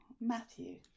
Matthew